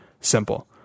simple